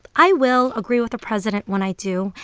i will agree with the president when i do,